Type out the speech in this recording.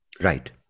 Right